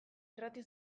irrati